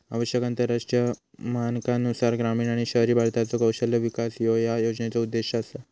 आवश्यक आंतरराष्ट्रीय मानकांनुसार ग्रामीण आणि शहरी भारताचो कौशल्य विकास ह्यो या योजनेचो उद्देश असा